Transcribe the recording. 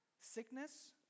sickness